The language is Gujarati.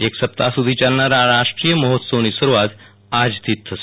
અક સપ્તાહ સુધી ચાલનારા રાષ્ટોય મહોત્સવની શરૂઆત આજથી જ થશે